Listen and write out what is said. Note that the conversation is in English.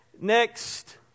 next